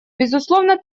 безусловно